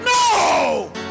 No